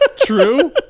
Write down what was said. true